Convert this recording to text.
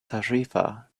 tarifa